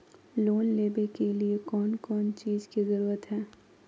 Loan लेबे के लिए कौन कौन चीज के जरूरत है?